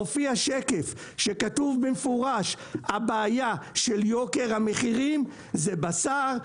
הופיע שקף שכתוב במפורש הבעיה של יוקר המחירים זה בשר,